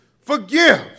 Forgive